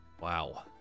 Wow